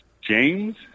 James